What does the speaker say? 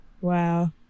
wow